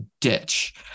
ditch